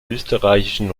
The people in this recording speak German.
österreichischen